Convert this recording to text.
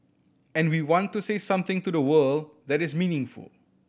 and we want to say something to the world that is meaningful